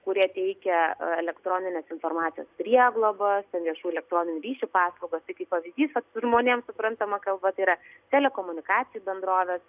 kurie teikia elektronines informacijas priegloba ten viešų elektroninių ryšių paslaugas tai kaip pavyzdys žmonėm suprantama kalba tai yra telekomunikacijų bendrovės